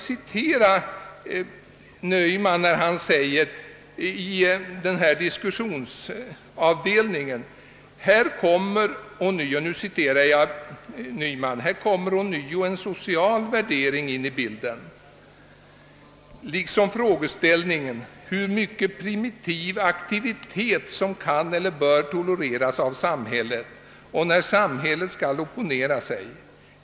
Docent Naumann säger i diskussionsavdelningen: »Här kommer ånyo en social värdering in i bilden liksom frågeställningen hur mycket primitiv aktivitet som kan eller bör tolereras av samhället och när samhället skall oppo nera sig.